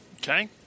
Okay